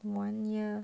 one year